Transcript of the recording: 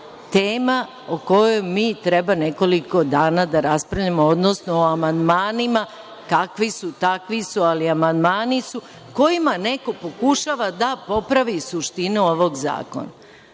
tema o kojoj mi treba nekoliko dana da raspravljamo, odnosno o amandmanima, kakvi su, takvi su, ali amandmani su, kojima neko pokušava da popravi suštinu ovog zakona.